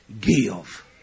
give